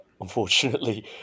unfortunately